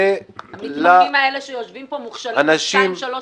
המתמחים האלה שיושבים פה מוכשלים בשתיים-שלוש